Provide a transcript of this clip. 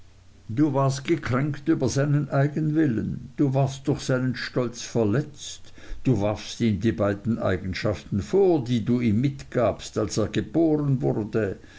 du warst gekränkt über seinen eigenwillen du warst durch seinen stolz verletzt du warfst ihm die beiden eigenschaften vor die du ihm mitgabst als er geboren wurde